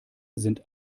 sind